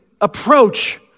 approach